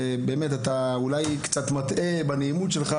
באמת אתה אולי קצת מטעה בנעימות שלך,